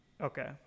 Okay